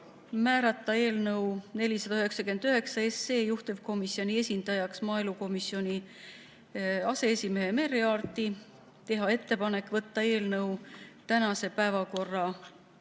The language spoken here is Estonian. määrata eelnõu 499 juhtivkomisjoni esindajaks maaelukomisjoni aseesimehe Merry Aarti, teha ettepaneku võtta eelnõu tänase päeva